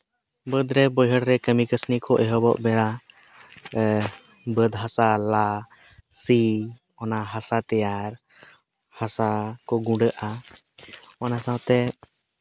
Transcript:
ᱵᱟᱹᱫᱽ ᱨᱮ ᱵᱟᱹᱭᱦᱟᱹᱲ ᱨᱮ ᱠᱟᱹᱢᱤ ᱠᱟᱹᱥᱱᱤ ᱠᱚ ᱮᱦᱚᱵᱚᱜ ᱵᱮᱲᱟ ᱵᱟᱹᱫᱽ ᱦᱟᱥᱟ ᱞᱟ ᱥᱤ ᱚᱱᱟ ᱦᱟᱥᱟ ᱛᱮᱭᱟᱨ ᱦᱟᱥᱟ ᱠᱚ ᱜᱩᱰᱟᱹᱜᱼᱟ ᱚᱱᱟ ᱥᱟᱶᱛᱮ